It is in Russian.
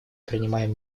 принимаем